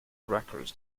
records